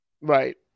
right